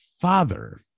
father